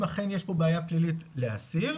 אם אכן יש פה בעיה פלילית אז להסיר,